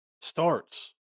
Starts